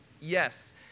Yes